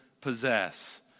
possess